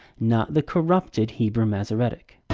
not the corrupted hebrew masoretic.